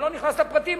אני לא נכנס לפרטים,